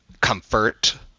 comfort